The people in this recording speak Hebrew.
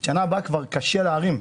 את שנה הבאה קשה להרים,